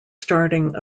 starting